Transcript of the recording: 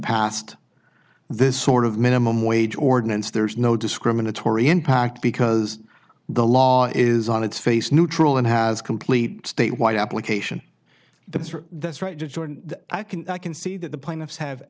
passed this sort of minimum wage ordinance there's no discriminatory impact because the law is on its face neutral and has complete state wide application the that's right to jordan i can i can see that the plaintiffs have